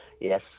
Yes